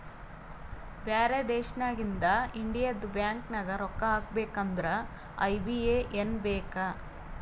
ಬ್ಯಾರೆ ದೇಶನಾಗಿಂದ್ ಇಂಡಿಯದು ಬ್ಯಾಂಕ್ ನಾಗ್ ರೊಕ್ಕಾ ಹಾಕಬೇಕ್ ಅಂದುರ್ ಐ.ಬಿ.ಎ.ಎನ್ ಬೇಕ್